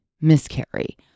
miscarry